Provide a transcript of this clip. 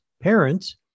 parents